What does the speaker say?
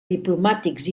diplomàtics